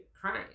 crying